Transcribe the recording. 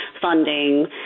funding